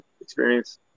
experience